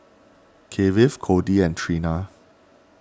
Kiefer Codie and Trina